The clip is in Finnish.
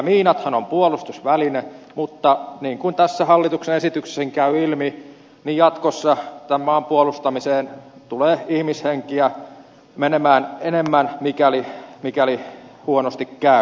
miinathan ovat puolustusväline mutta niin kuin tästä hallituksen esityksestäkin käy ilmi jatkossa tämän maan puolustamiseen tulee ihmishenkiä menemään enemmän mikäli huonosti käy